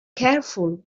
careful